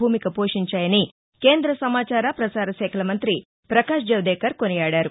భూమిక పోషించాయని కేంద్ర సమాచార పసార శాఖ మంతి పకాశ్ జవదేకర్ కొనియాదారు